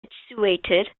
situated